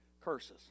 curses